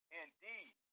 indeed